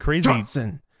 Johnson